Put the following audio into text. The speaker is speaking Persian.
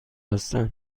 هستند